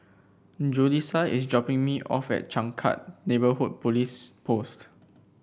Julisa is dropping me off at Changkat Neighbourhood Police Post